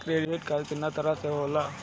Credit card कितना तरह के होला?